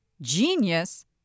genius